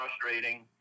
frustrating